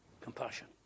compassion